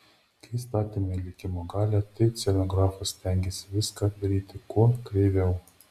kai statėme likimo galią tai scenografas stengėsi viską daryti kuo kreiviau